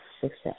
success